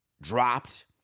dropped